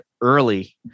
early